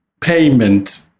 payment